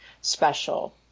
special